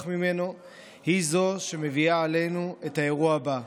ממנו היא זו שמביאה עלינו את האירוע הבא.